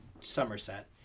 Somerset